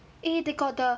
eh they got the